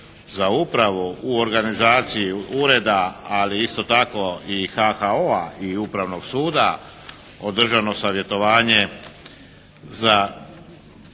za upravu u organizaciji ureda, ali isto tako i HHO-a i Upravnog suda održano savjetovanje za